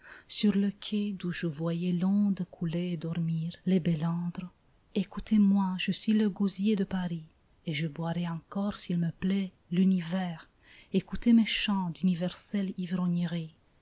sur le quai d'où je voyais l'onde couler et dormir les bélandres écoutez-moi je suis le gosier de paris et je boirai encore s'il me plaît l'univers écoutez mes chants d'universelle